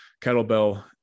kettlebell